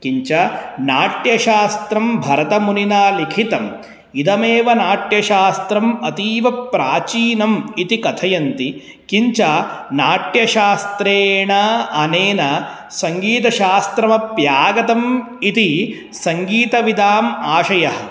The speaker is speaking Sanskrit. किञ्च नाट्यशास्त्रं भरतमुनिना लिखितम् इदमेव नाट्यशास्त्रम् अतीव प्राचीनम् इति कथयन्ति किञ्च नाट्यशास्त्रेण अनेन सङ्गीतशास्त्रमप्यागतम् इति सङ्गीतविदाम् आशयः